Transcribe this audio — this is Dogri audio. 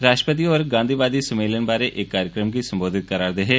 राश्ट्रपति होर गांधीवादी सम्मेलन बारै इक कार्यक्रम गी संबोधित करा'रदे हे